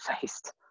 faced